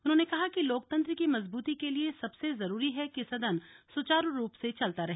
उन्होंने कहा कि लोकतंत्र की मजबूती के लिए सबसे जरूरी है कि सदन सुचारु रूप से चलता रहे